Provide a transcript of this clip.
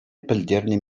пӗлтернӗ